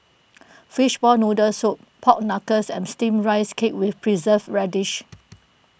Fishball Noodle Soup Pork Knuckles and Steamed Rice Cake with Preserved Radish